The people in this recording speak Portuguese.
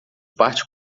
parte